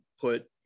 put